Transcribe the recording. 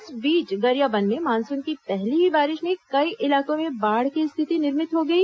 इस बीच गरियाबंद में मानूसन की पहली ही बारिश में कई इलाकों में बाढ़ की स्थिति निर्भित हो गई